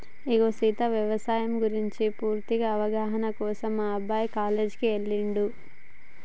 ఇగో సీత యవసాయం గురించి పూర్తి అవగాహన కోసం మా అబ్బాయి కాలేజీకి ఎల్లిండు